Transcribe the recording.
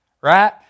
right